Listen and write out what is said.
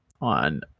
on